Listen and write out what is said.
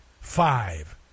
five